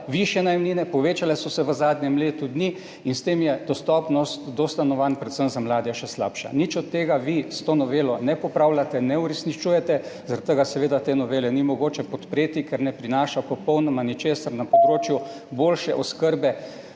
višje najemnine. Povečale so se v zadnjem letu dni in s tem je dostopnost do stanovanj, predvsem za mlade, še slabša. Nič od tega vi s to novelo ne popravljate, ne uresničujete, zaradi tega seveda te novele ni mogoče podpreti, ker ne prinaša popolnoma ničesar na področju boljše oskrbe